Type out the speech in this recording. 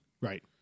Right